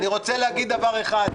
אני רוצה להגיד דבר אחד: